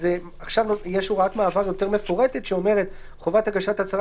עכשיו יש הוראת מעבר יותר מפורטת שאומרת: חובת הגשת הצהרה